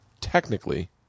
Technically